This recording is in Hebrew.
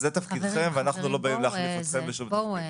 זה תפקידכם ואנחנו לא באים להחליף אתכם בשום תפקיד.